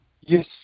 Yes